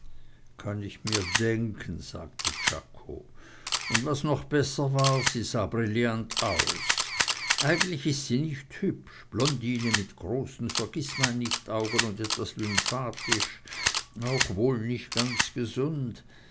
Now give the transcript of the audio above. kann ich mir denken sagte czako und was noch besser war sie sah brillant aus eigentlich ist sie nicht hübsch blondine mit großen vergißmeinnichtaugen und etwas lymphatisch auch wohl nicht ganz gesund